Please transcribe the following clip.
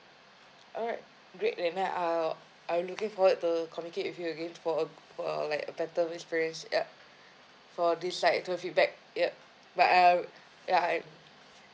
alright great that mean I'll I'll be looking forward to communicate with you again for a for like a better experience yeah for this like to feedback yup but I'll ya I